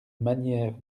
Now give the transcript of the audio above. manière